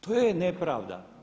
To je nepravda.